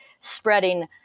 spreading